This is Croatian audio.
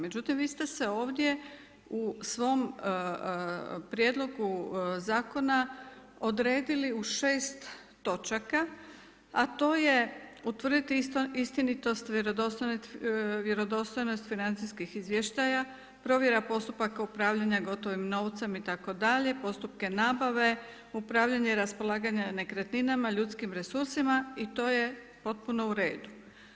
Međutim, vi ste se ovdje u svom prijedlogu zakona odredili u šest točaka, a to je utvrditi istinitost, vjerodostojnost financijskih izvještaja, provjera postupaka upravljanja gotovim novcem itd., postupke nabave upravljanja i raspolaganja nekretninama, ljudskim resursima i to je potpuno u redu.